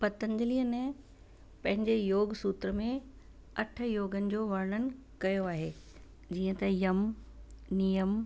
पंतजलि ने पंहिंजे योग सुत्र में अठ योग जो वर्णन कयो आहे जीअं त यम नियम